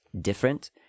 different